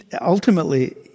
Ultimately